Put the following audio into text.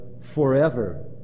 forever